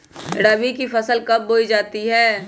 रबी की फसल कब बोई जाती है?